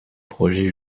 projet